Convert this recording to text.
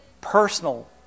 personal